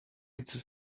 its